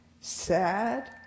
sad